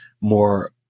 more